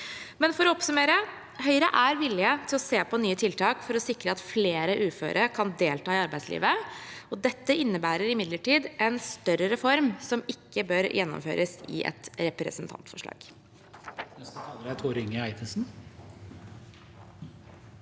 For å oppsummere: Høyre er villig til å se på nye tiltak for å sikre at flere uføre kan delta i arbeidslivet. Dette innebærer imidlertid en større reform, som ikke bør gjennomføres i et representantforslag.